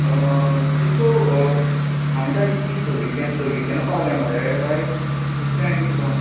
तुक् हांवें धाडी तीं धवीं कॅ धवीं कॅना पावल्या मरे गाय दुसरें आनी कितें पाव